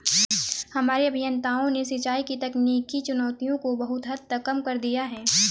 हमारे अभियंताओं ने सिंचाई की तकनीकी चुनौतियों को बहुत हद तक कम कर दिया है